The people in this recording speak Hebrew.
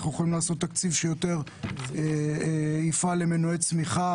אנחנו יכולים לעשות תקציב שיפעל יותר למנועי צמיחה